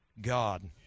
God